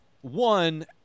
one